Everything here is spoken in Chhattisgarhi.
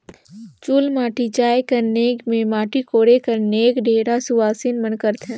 चुलमाटी जाए कर नेग मे माटी कोड़े कर नेग ढेढ़ा सुवासेन मन कर रहथे